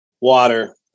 Water